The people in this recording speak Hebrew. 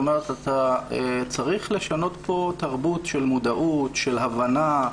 אתה צריך לשנות פה תרבות של מודעות, של הבנה,